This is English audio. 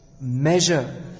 measure